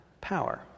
power